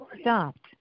stopped